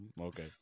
Okay